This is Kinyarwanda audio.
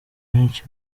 benshi